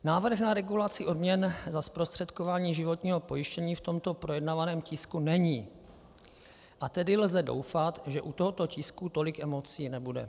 Návrh na regulaci odměn za zprostředkování životního pojištění v tomto projednávaném tisku není, a tedy lze doufat, že u tohoto tisku tolik emocí nebude.